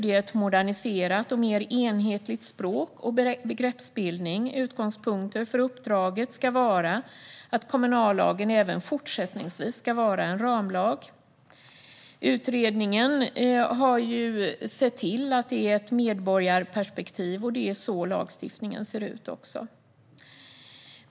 Det är ett moderniserat och mer enhetligt språk och begreppsbildning. Utgångspunkter för uppdraget ska vara att kommunallagen även fortsättningsvis ska vara en ramlag. Utredningen har ett medborgarperspektiv, och det är så lagstiftningen ser ut också.